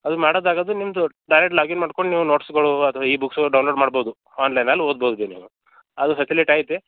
ಅದು ಮಾಡದು ಆಗೋದು ನಿಮ್ಮದು ಡೈರೆಕ್ಟ್ ಲಾಗಿನ್ ಮಾಡ್ಕೊಂಡು ನೀವು ನೋಡ್ಸ್ಗಳು ಅದು ಈ ಬುಕ್ಸ್ಗಳು ಡೌನ್ಲೋಡ್ ಮಾಡ್ಬೌದು ಆನ್ಲೈನಲ್ಲಿ ಓದ್ಬೌದೀಗ ನೀವು ಅದು ಫೆಸಿಲಿಟ್ ಐತೆ